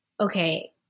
okay